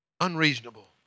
unreasonable